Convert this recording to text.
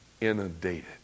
inundated